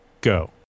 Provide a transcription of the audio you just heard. go